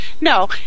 no